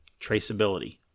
traceability